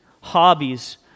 hobbies